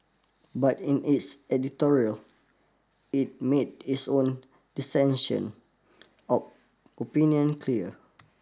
but in its editorial it made its own dissention opinion clear